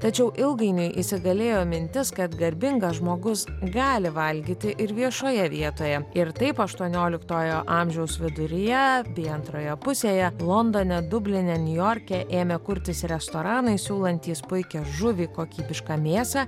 tačiau ilgainiui įsigalėjo mintis kad garbingas žmogus gali valgyti ir viešoje vietoje ir taip aštuonioliktojo amžiaus viduryje bei antroje pusėje londone dubline niujorke ėmė kurtis restoranai siūlantys puikią žuvį kokybišką mėsą